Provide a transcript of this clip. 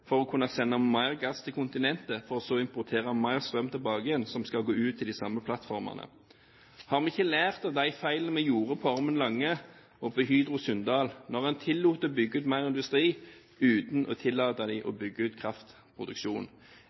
for å kunne sende mer gass til kontinentet, for så å importere mer strøm tilbake igjen som skal ut til de samme plattformene. Har man ikke lært av de feilene vi gjorde på Ormen Lange og på Hydro Sunndal da man tillot å bygge ut mer industri uten å tillate dem å bygge ut